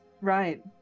Right